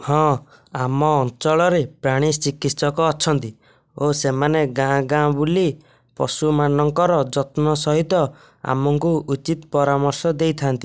ହଁ ଆମ ଅଞ୍ଚଳରେ ପ୍ରାଣୀ ଚିକିତ୍ସକ ଅଛନ୍ତି ଓ ସେମାନେ ଗାଁ ଗାଁ ବୁଲି ପଶୁମାନଙ୍କର ଯତ୍ନ ସହିତ ଆମକୁ ଉଚିତ ପରାମର୍ଶ ଦେଇଥାନ୍ତି